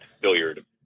billiard